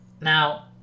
Now